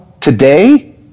today